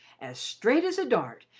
as straight as a dart,